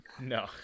No